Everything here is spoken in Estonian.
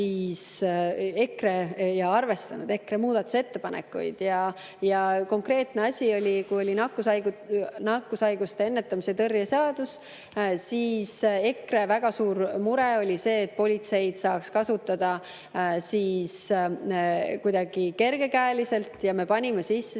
vastu ja arvestanud EKRE muudatusettepanekuid. Konkreetne asi oli, kui oli nakkushaiguste ennetamise ja tõrje seadus. EKRE väga suur mure oli see, et politseid saaks kasutada kuidagi kergekäeliselt. Me panime sinna